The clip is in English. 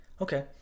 okay